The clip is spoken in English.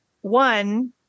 One